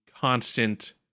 constant